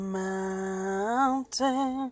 mountain